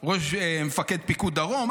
מפקד פיקוד דרום.